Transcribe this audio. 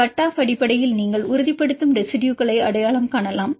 cut off அடிப்படையில் நீங்கள் உறுதிப்படுத்தும் ரெசிடுயுகளை அடையாளம் காணலாம்